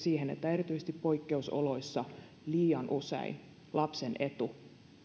siihen että erityisesti poikkeusoloissa liian usein lapsen etu